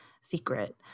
secret